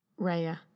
Raya